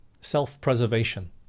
self-preservation